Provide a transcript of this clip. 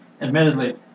admittedly